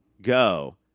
go